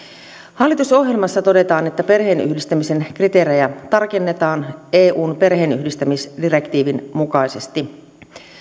hallitusohjelmassa todetaan että perheenyhdistämisen kriteerejä tarkennetaan eun perheenyhdistämisdirektiivin mukaisesti